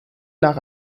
nach